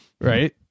Right